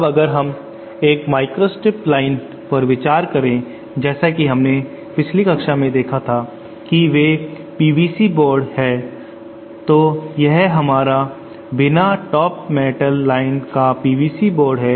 अब अगर हम एक माइक्रो स्ट्रिपलाइन पर विचार करें जैसा कि हमने पिछली कक्षा में देखा था कि वे पीवीसी बोर्ड है तो यह हमारा बिना टॉप मेटल लाइन का पीवीसी बोर्ड है